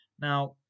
Now